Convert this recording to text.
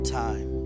time